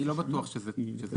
אני לא בטוח שזה כדאי.